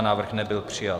Návrh nebyl přijat.